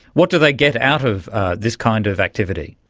what do they get out of this kind of activity?